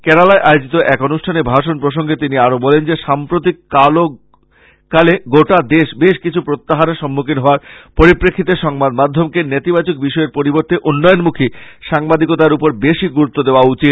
কেরালায় আয়োজিত এক অনুষ্ঠানে ভাষণ প্রসঙ্গে তিনি আরো বলেন যে সাম্প্রতিক কালে গোটা দেশ বেশকিছু প্রত্যাহ্বানের সম্মুখীন হবার পরিপ্রেক্ষিতে সংবাদ মাধ্যমকে নেতিবাচক বিষয়ের পরিবর্তে উন্নয়নমুখী সাংবাদিকতার উপর বেশি গুরুত্ব দেওয়া উচিত